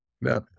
No